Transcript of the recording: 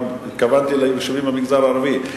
התכוונתי גם ליישובים במגזר הערבי.